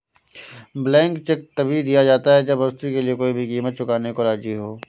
blank cheque तभी दिया जाता है जब वस्तु के लिए कोई भी कीमत चुकाने को राज़ी हो